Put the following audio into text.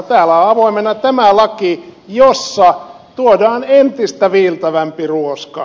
täällä on avoimena tämä laki jossa tuodaan entistä viiltävämpi ruoska